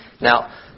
Now